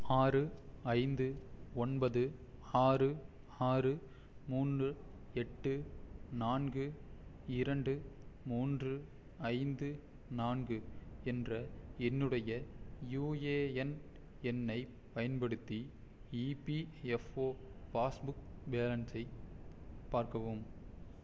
ஆறு ஐந்து ஒன்பது ஆறு ஆறு மூன்று எட்டு நான்கு இரண்டு மூன்று ஐந்து நான்கு என்ற என்னுடைய யுஏஎன் எண்ணை பயன்படுத்தி இபிஎஃப்ஓ பாஸ்புக் பேலன்ஸ்ஸை பார்க்கவும்